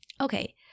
Okay